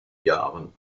jahren